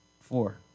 Four